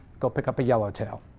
go pick up a yellow tail.